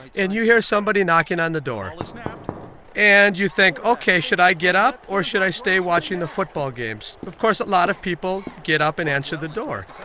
and you hear somebody knocking on the door and you think, ok. should i get up, or should i stay watching the football games? of course, a lot of people get up and answer the door.